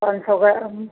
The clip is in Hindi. पाँच सौ ग्राम